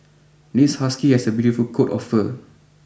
this husky has a beautiful coat of fur